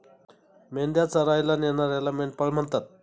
मेंढ्या चरायला नेणाऱ्याला मेंढपाळ म्हणतात